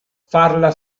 farla